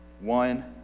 one